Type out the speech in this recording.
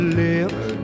lips